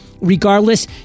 Regardless